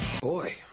Boy